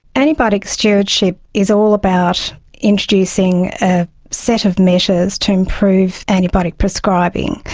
antibiotic stewardship is all about introducing a set of measures to improve antibiotic prescribing.